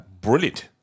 brilliant